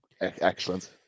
excellent